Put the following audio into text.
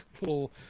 little